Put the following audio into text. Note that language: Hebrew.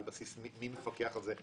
מי מפקח על זה?